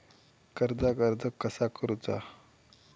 कर्जाक अर्ज कसा करुचा?